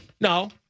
No